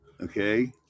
okay